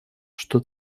что